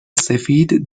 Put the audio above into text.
سفید